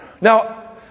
Now